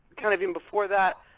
kind of even before that,